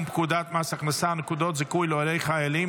פקודת מס הכנסה (נקודת זיכוי להורי חיילים),